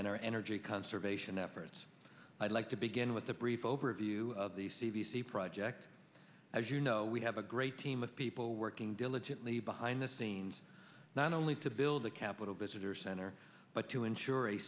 and our energy conservation efforts i'd like to begin with a brief overview of the c d c project as you know we have a great team of people working diligently behind the scenes not only to build the capitol visitor center but to ensure a